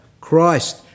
Christ